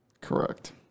Correct